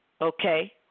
okay